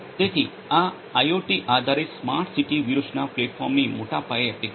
તેથી આ આઇઓટી આધારિત સ્માર્ટ સિટી વ્યૂહરચના પ્લેટફોર્મની મોટા પાયે એપ્લિકેશન છે